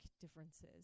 differences